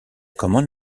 common